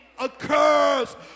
occurs